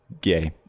gay